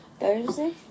Thursday